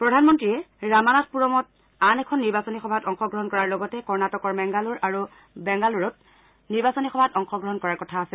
প্ৰধানমন্ত্ৰীয়ে ৰামানাথপুৰমত আন এখন নিৰ্বাচনী সভাত অংশগ্ৰহণ কৰাৰ লগতে কৰ্ণটিকৰ মেংগালোৰ আৰু বেংগালুৰুৰ নিৰ্বাচনী সভাত অংশগ্ৰহণ কৰাৰ কথা আছে